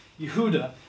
Yehuda